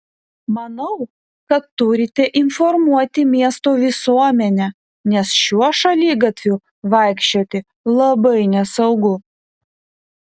manau kad turite informuoti miesto visuomenę nes šiuo šaligatviu vaikščioti labai nesaugu